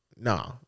nah